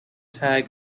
tag